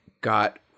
got